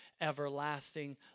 everlasting